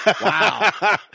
Wow